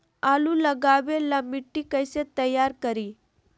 आलु लगावे ला मिट्टी कैसे तैयार करी?